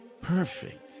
Perfect